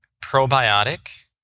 probiotic